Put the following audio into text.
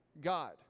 God